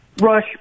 Rush